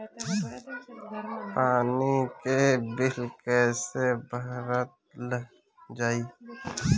पानी के बिल कैसे भरल जाइ?